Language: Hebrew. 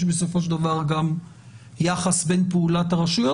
יש בסופו של דבר יחס בין פעולת הרשויות.